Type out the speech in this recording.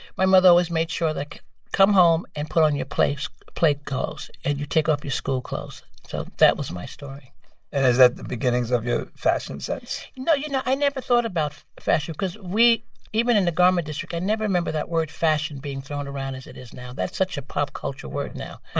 my mother always made sure that come home and put on your play clothes and you take off your school clothes. so that was my story and is that the beginnings of your fashion sense? no. you know, i never thought about fashion because we even in the garment district, i never remember that word fashion being thrown around as it is now. that's such a pop-culture word now.